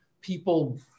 people